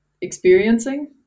experiencing